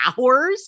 hours